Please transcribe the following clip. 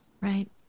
right